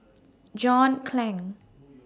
John Clang